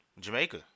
Jamaica